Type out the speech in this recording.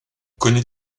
connais